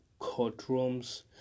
courtrooms